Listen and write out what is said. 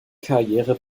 karriere